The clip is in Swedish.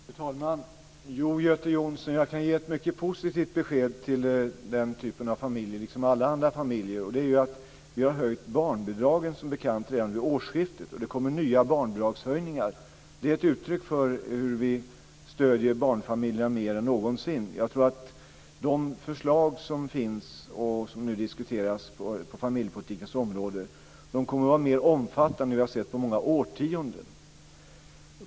Fru talman! Jo, Göte Jonsson, jag kan ge ett mycket positivt besked till den typen av familj liksom till alla andra familjer, och det är att vi, som bekant, höjde barnbidragen redan vid årsskiftet och det kommer nya barnbidragshöjningar. Det är ett uttryck för hur vi stöder barnfamiljerna mer än någonsin. Jag tror att de förslag som finns och som nu diskuteras på familjepolitikens område kommer att vara mer omfattande än vad vi har sett på många årtionden.